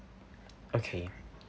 okay